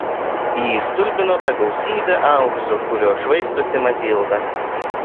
jį stulbino ta gausybė aukso kuriuo švaistosi matilda